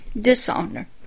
dishonor